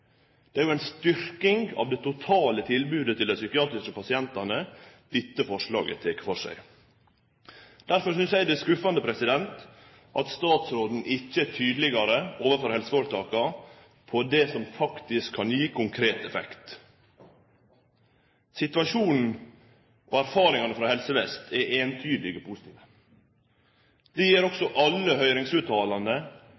Det er jo ei styrking av det totale tilbodet til dei psykiatriske pasientane dette forslaget tek for seg. Derfor synest eg det er skuffande at statsråden ikkje er tydelegare overfor helseføretaka på det som faktisk kan gi konkret effekt. Erfaringane frå helsevesenet er eintydig positive. Det